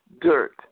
dirt